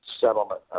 settlement